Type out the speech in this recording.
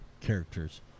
characters